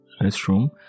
restroom